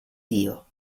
dio